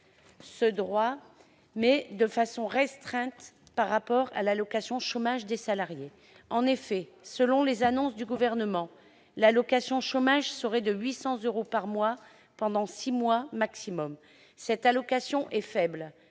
ce droit, mais de façon restreinte par rapport à l'allocation chômage des salariés. Selon les annonces du Gouvernement, l'allocation chômage serait de 800 euros par mois pendant six mois maximum. Cette allocation est faible